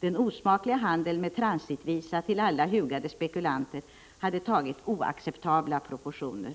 Den osmakliga handeln med transitvisa till alla hugade spekulanter hade tagit oacceptabla proportioner.